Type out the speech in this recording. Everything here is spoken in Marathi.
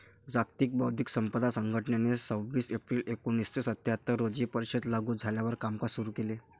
जागतिक बौद्धिक संपदा संघटनेने सव्वीस एप्रिल एकोणीसशे सत्याहत्तर रोजी परिषद लागू झाल्यावर कामकाज सुरू केले